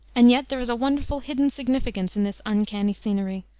and yet there is a wonderful, hidden significance in this uncanny scenery.